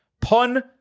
Pun